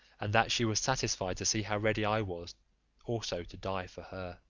and that she was satisfied to see how ready i was also to die for her.